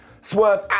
Swerve